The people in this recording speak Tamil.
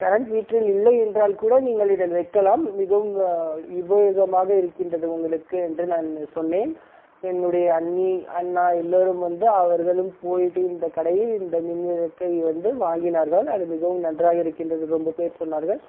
கரண்ட் வீட்டில் இல்லை என்றால் கூட நீங்கள் இதில் வைக்கலாம் மிகவும் உபயோகமாக இருக்கின்றது உங்களுக்கு என்று நான் சொன்னேன் என்னுடைய அண்ணி அண்ணா எல்லோரும் வந்து அவர்களும் போய்விட்டு இந்த கடையில் இந்த மின்விளக்கை வந்து வாங்கினார்கள் அது மிகவும் நன்றாக இருக்கின்றது ரொம்ப பேர் சொன்னார்கள்